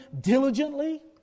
diligently